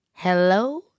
Hello